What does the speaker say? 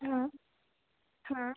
हाँ हाँ